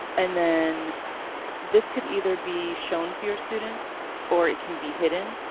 and then this could either be shown to your students, or it can be hidden.